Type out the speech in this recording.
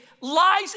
Lies